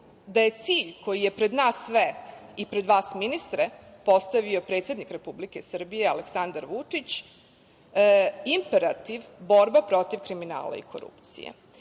da je cilj koji je pred nas sve i pred vas, ministre, postavio predsednik Republike Srbije Aleksandar Vučić, imperativ borba protiv kriminala i korupcije.